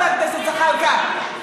חבר הכנסת זחאלקה.